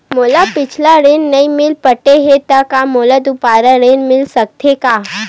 मोर पिछला ऋण नइ पटे हे त का मोला दुबारा ऋण मिल सकथे का?